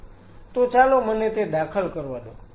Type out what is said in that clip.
તો ચાલો મને તે દાખલ કરવા દો